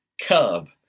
cub